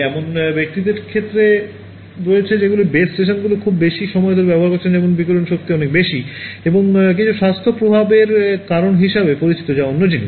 এমন ব্যক্তিদের ক্ষেত্রে রয়েছে যেগুলি বেস স্টেশনগুলির কাছে খুব বেশি সময় ব্যয় করেছে যেখানে বিকিরণশক্তি অনেক বেশি এবং এটি কিছু স্বাস্থ্য প্রভাবের কারণ হিসাবে পরিচিত যা অন্য জিনিস